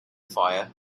fire